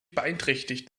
beeinträchtigt